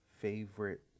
favorite